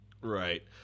Right